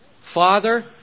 Father